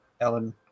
Ellen